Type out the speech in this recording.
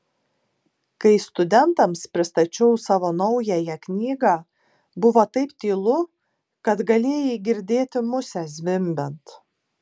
kai studentams pristačiau savo naująją knygą buvo taip tylu kad galėjai girdėti musę zvimbiant